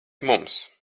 mums